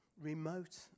remote